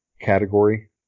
category